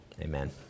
amen